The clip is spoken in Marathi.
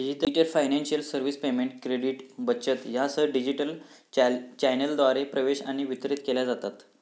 digital financial services payment, credit, बचत यासह डिजिटल चॅनेलद्वारा प्रवेश आणि वितरित केल्या जातत